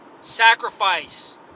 Sacrifice